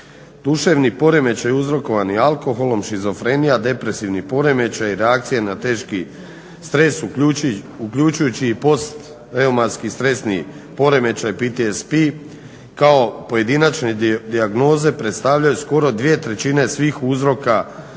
Duševni poremećaj uzrokovani alkoholom, šizofrenija, depresivni poremećaj i reakcije na teški stres uključujući i postreumatski stresni poremećaj PTSP kao pojedinačne dijagnoze predstavljaju skoro 2/3 svih uzroka